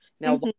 Now